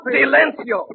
Silencio